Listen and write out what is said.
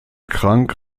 krank